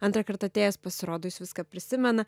antrą kartą atėjęs pasirodo jis viską prisimena